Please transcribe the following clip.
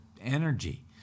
energy